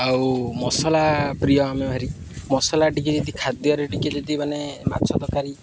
ଆଉ ମସଲା ପ୍ରିୟ ଆମେ ଭାରି ମସଲା ଟିକେ ଯଦି ଖାଦ୍ୟରେ ଟିକେ ଯଦି ମାନେ ମାଛ ତରକାରୀ